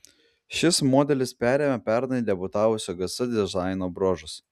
šis modelis perėmė pernai debiutavusio gs dizaino bruožus